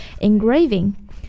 engraving